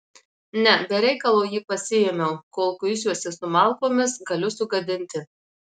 ne be reikalo jį pasiėmiau kol kuisiuosi su malkomis galiu sugadinti